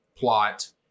plot